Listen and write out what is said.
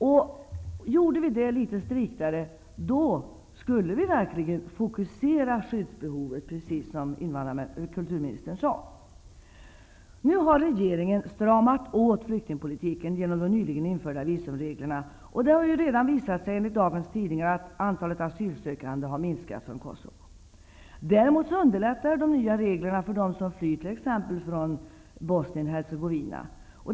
Om vi gjorde det på ett striktare sätt, skulle vi verkligen fokusera skyddsbehovet, precis som kulturministern sade. Nu har regeringen ''stramat åt'' flyktingpolitiken genom de nyligen införda visumreglerna. Det har redan visat sig, enligt dagens tidningar, att antalet asylsökande från Kosovo har minskat. Däremot underlättar de nya reglerna för dem som flyr från t.ex. Bosnien-Hercegovina.